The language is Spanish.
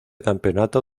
campeonato